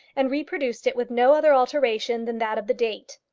and reproduced it with no other alteration than that of the date.